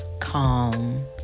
calm